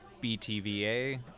B-T-V-A